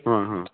अ अ